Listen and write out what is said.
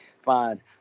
fine